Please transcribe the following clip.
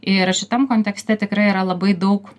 ir šitam kontekste tikrai yra labai daug